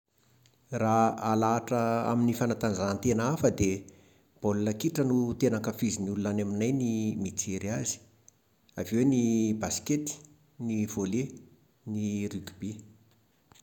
Raha alahatra amin'ny fanatanjahantena hafa dia ny baolina kitra no tena ankafizin'ny olona any aminay ny mijery azy. Avy eo ny baskety, ny volley, ny rugby